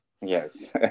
yes